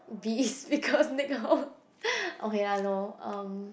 be is because okay lah no um